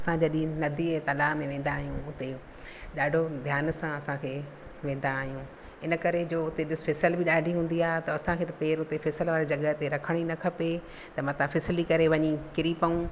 असां जॾहिं नदीअ तलाउ में वेंदा आहियूं हुते ॾाढो ध्यान सां असांखे वेंदा आहियूं इन करे जो हुते फिसल बि ॾाढी हूंदी आहे त असांखे त पेर उते फिसल वारी जॻहि ते रखणी न खपे त मतां फिसली करे किरी पऊं